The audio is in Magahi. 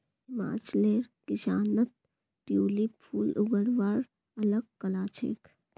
हिमाचलेर किसानत ट्यूलिप फूल उगव्वार अल ग कला छेक